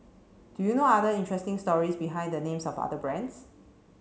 do you know other interesting stories behind the names of other brands